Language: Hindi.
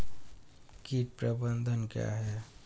कीट प्रबंधन क्या है?